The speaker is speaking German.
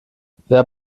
wer